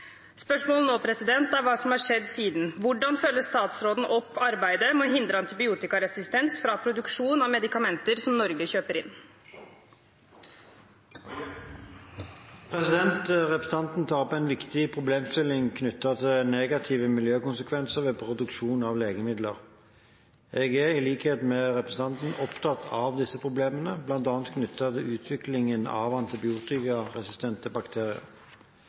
Hvordan følger statsråden opp arbeidet med å hindre antibiotikaresistens fra produksjon av medikamenter som norske sykehus kjøper inn?» Representanten tar opp en viktig problemstilling knyttet til negative miljøkonsekvenser ved produksjon av legemidler. Jeg er i likhet med representanten opptatt av disse problemene, bl.a. knyttet til utviklingen av antibiotikaresistente bakterier.